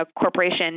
corporation